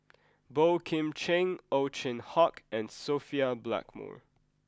Boey Kim Cheng Ow Chin Hock and Sophia Blackmore